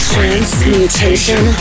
Transmutation